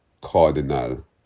cardinal